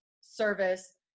service